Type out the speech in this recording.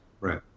Right